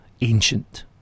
ancient